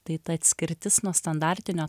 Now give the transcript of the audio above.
tai ta atskirtis nuo standartinio